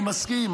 אני מסכים.